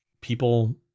people